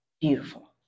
beautiful